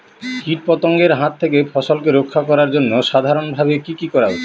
কীটপতঙ্গের হাত থেকে ফসলকে রক্ষা করার জন্য সাধারণভাবে কি কি করা উচিৎ?